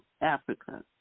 Africa